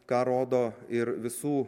ką rodo ir visų